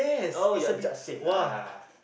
oh you just say lah